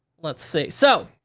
let's see, so.